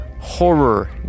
horror